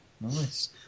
nice